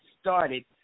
started